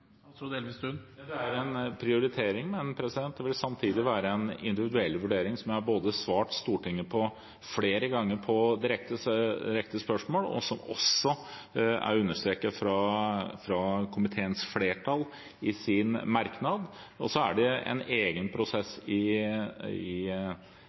det er bjørnebinner? Ja, det er en prioritering, men det vil samtidig være en individuell vurdering, som jeg har svart Stortinget flere ganger på direkte spørsmål, og som også er understreket i merknad fra komiteens flertall. Så er det en egen prosess i rovviltregionen for Trøndelag og